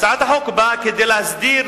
הצעת החוק באה כדי להסדיר